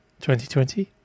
2020